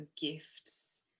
gifts